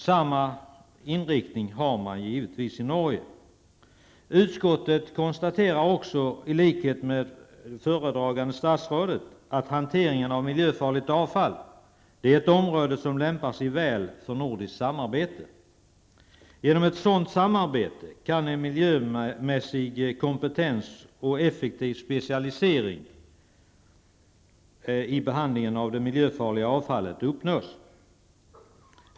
Samma inriktning har man givetvis i Norge. Utskottet konstaterar också, i likhet med föredragande statsrådet, att hanteringen av miljöfarligt avfall är ett område som lämpar sig väl för nordiskt samarbete. Genom ett sådant samarbete kan en miljömässig kompetens och en effektiv specialisering när det gäller behandlingen av det miljöfarliga avfallet uppnås.